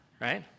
Right